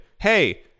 hey